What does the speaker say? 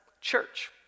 church